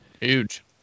huge